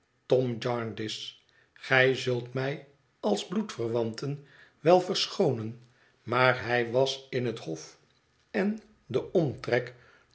gij zult mij als bloedverwanten wel verschoonen maar hij was in het hof en den omtrek